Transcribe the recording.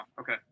okay